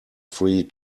free